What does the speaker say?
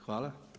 Hvala.